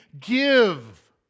give